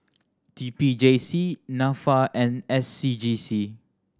T P J C Nafa and S C G C